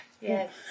Yes